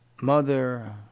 mother